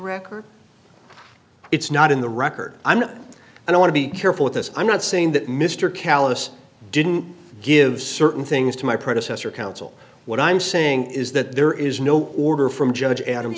record it's not in the record i'm not and i want to be careful with this i'm not saying that mr callus didn't give certain things to my predecessor counsel what i'm saying is that there is no order from judge adam